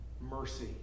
mercy